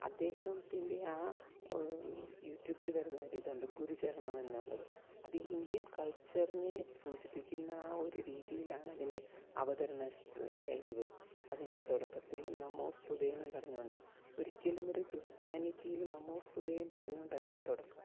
അദ്ദേഹത്തിൻ്റെ ആ യൂട്യൂബിൽ വരുന്ന ഒരു ഇതുണ്ട് ഗുരുചരണം എന്നുള്ളത് അത് ഇന്ത്യൻ കൾച്ചറിനെ സൂചിപ്പിക്കുന്ന ആ ഒരു രീതിയിലാണ് അതിൻ്റെ അവതരണ ശൈലി പൊലും അതിൻ്റെ തുടക്കത്തിലും നമോസ്തുതേ എന്നും പറഞ്ഞുകൊണ്ടാണ് ഒരിക്കലും ഒരു ക്രിസ്ത്യാനിറ്റിയിൽ നമോസ്തുതേയും പറഞ്ഞുകൊണ്ടല്ല തുടക്കം